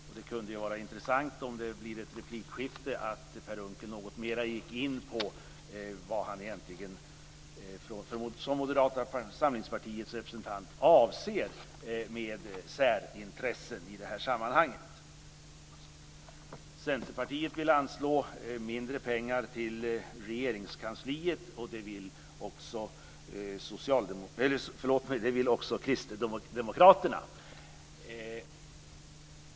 Om det blir ett replikskifte vore det intressant om Per Unckel något mera ville gå in på vad han som Moderata samlingspartiets representant avser med särintressen i det här sammanhanget. Centerpartiet vill anslå mindre pengar till Regeringskansliet, och det vill också Kristdemokraterna.